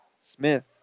Smith